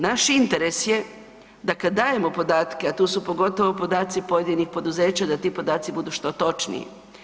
Naš interes je da kad dajemo podatke, a tu su pogotovo podaci pojedinih poduzeća da ti podaci budu što točniji.